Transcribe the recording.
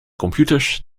computers